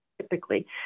typically